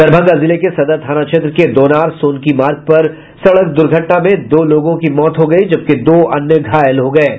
दरभंगा जिले के सदर थाना क्षेत्र के दोनार सोनकी मार्ग पर एक सड़क दुर्घटना में दो लोगों की मौत हो गयी जबकि दो अन्य घायल हो गये हैं